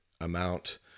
amount